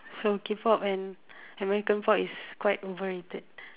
so K pop and American pop is quite overrated